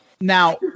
Now